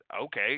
okay